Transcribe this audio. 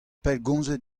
pellgomzit